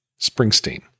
Springsteen